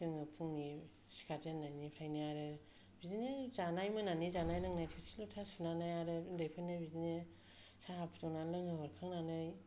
जोङो फुंनि सिखार जेननायनिफ्रायनो आरो बिदिनो जानाय मोनानि जानाय लोंनाय थोरसि लथा सुनानै उन्दैफोरनो बिदिनो साहा फुदुंनानै लोंहो हरखांनानै